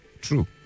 True